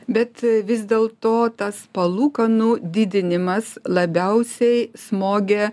bet vis dėl to tas palūkanų didinimas labiausiai smogė